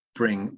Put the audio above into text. bring